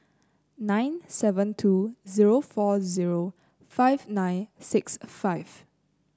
nine seven two zero four zero five nine six five